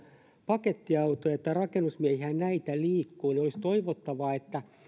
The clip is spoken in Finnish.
pakettiautoja ja rakennusmiehiä ja näitä liikkuu niin olisi toivottavaa että